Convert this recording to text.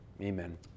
Amen